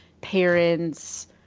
parents